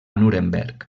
nuremberg